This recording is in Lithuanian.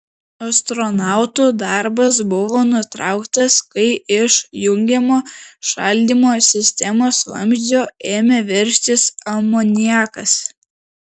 astronautų darbas buvo nutrauktas kai iš jungiamo šaldymo sistemos vamzdžio ėmė veržtis amoniakas